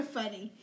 funny